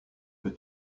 que